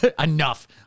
Enough